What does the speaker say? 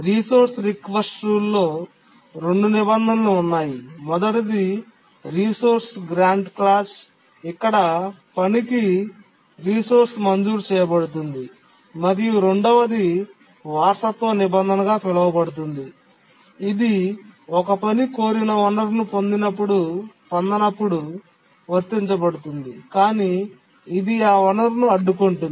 resource request రూల్లో రెండు నిబంధనలు ఉన్నాయి మొదటిది రిసోర్స్ గ్రాంట్ క్లాజ్ ఇక్కడ ఒక పనికి రిసోర్స్ మంజూరు చేయబడుతుంది మరియు రెండవది వారసత్వ నిబంధన గా పిలువబడుతుంది ఇది ఒక పని కోరిన వనరును పొందనప్పుడు వర్తించబడుతుంది కానీ ఇది ఆ వనరును అడ్డుకుంటుంది